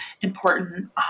important